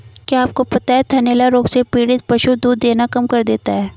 क्या आपको पता है थनैला रोग से पीड़ित पशु दूध देना कम कर देता है?